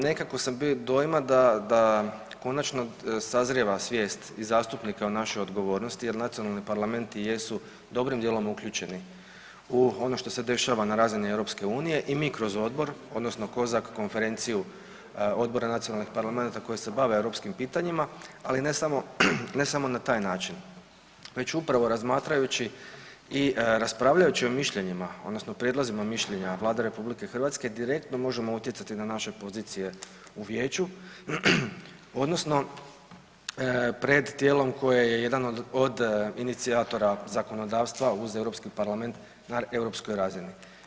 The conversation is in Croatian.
Nekako sam bio dojma da, da konačno sazrijeva svijest i zastupnika u našoj odgovornosti jer nacionali parlamenti i jesu dobrim dijelom uključeni u ono što se dešava na razini EU i mi kroz odbor odnosno COSAC konferenciju Odbora nacionalnih parlamenata koje se bave europskim pitanjima, ali ne samo, ne samo na taj način već upravo razmatrajući i raspravljajući o mišljenjima odnosno prijedlozima mišljenja Vlade RH direktno možemo utjecati na naše pozicije u vijeću odnosno pred tijelom koje je jedan od, od inicijatora zakonodavstva uz Europski parlament na europskoj razini.